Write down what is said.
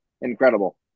incredible